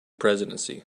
presidency